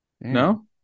No